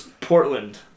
Portland